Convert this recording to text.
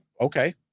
okay